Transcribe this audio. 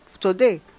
Today